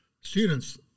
students